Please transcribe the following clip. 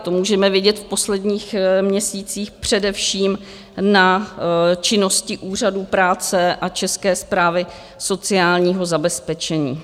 To můžeme vidět v posledních měsících především na činnosti úřadů práce a České správy sociálního zabezpečení.